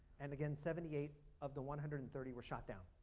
and again seventy eight of the one hundred and thirty were shot down